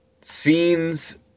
scenes